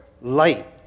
light